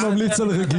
על מה אתה מדבר?